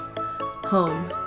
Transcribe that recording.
Home